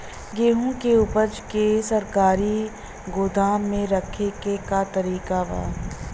गेहूँ के ऊपज के सरकारी गोदाम मे रखे के का तरीका बा?